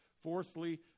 Fourthly